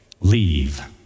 leave